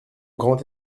grand